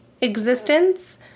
existence